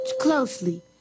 closely